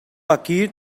aquí